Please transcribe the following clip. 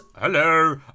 Hello